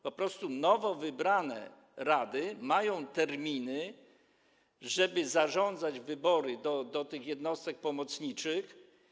Po prostu nowo wybrane rady mają czas, żeby zarządzić wybory do tych jednostek pomocniczych.